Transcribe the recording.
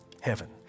heaven